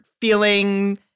feeling